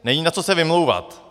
Není na co se vymlouvat.